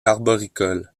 arboricoles